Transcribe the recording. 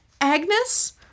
Agnes